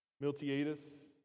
Miltiades